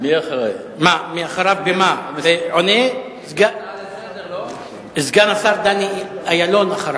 אחריו, סגן השר דני אילון.